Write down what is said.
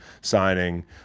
signing